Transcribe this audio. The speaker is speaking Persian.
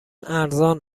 ارزان